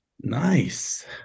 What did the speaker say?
Nice